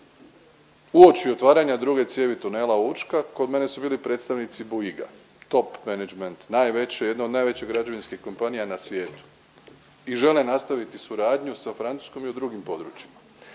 Uoči otvaranja druge cijevi tunela Učka kod mene su bili predstavnici Bouygues top menadžment, najveći, jedna od najvećih građevinskih kompanija na svijetu i žele nastaviti suradnju sa Francuskom i u drugim područjima.